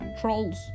Trolls